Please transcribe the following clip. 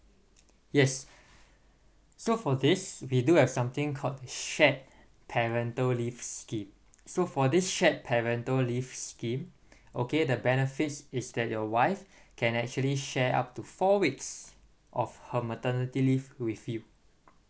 yes so for this we do have something called shared parental leave scheme so for this shared parental leave scheme okay the benefits is that your wife can actually share up to four weeks of her maternity leave with you